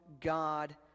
God